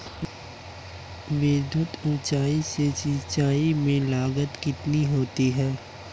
विद्युत ऊर्जा से सिंचाई में लागत कितनी होती है?